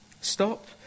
Stop